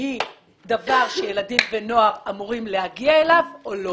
היא דבר שילדים ונוער אמורים להגיע אליו או לא.